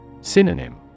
Synonym